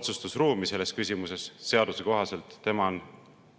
otsustusruumi selles küsimuses, seaduse kohaselt tema on